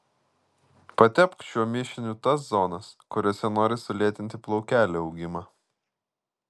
patepk šiuo mišiniu tas zonas kuriose nori sulėtinti plaukelių augimą